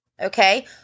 Okay